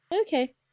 Okay